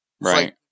Right